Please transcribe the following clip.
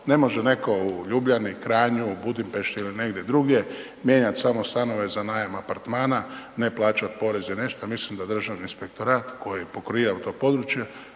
ne može neko u Ljubljani, Kranju, Budimpešti ili negdje drugdje mijenjat samo stanove za najam apartmana, ne plaćat porez i nešto mislim da Državni inspektorat koji pokriva to područje